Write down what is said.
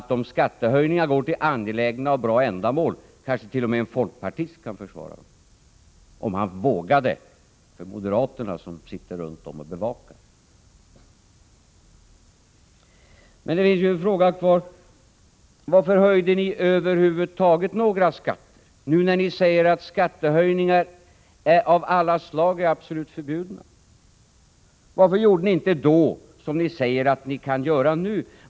Om skattehöjningar går till angelägna och bra ändamål kan kanske t.o.m. en folkpartist försvara dem — om han vågar för moderaterna, som sitter runt omkring och bevakar honom. Men en fråga kvarstår: Varför höjde ni över huvud taget några skatter? Ni säger ju nu att skattehöjningar av alla slag är absolut förbjudna. Varför gjorde ni inte då som ni säger att ni kan göra nu?